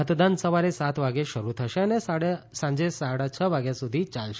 મતદાન સવારે સાત વાગ્યે શરૂ થશે અને સાંજે સાડા છ વાગ્યા સુધી ચાલશે